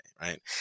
right